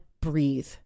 breathe